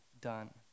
done